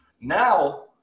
Now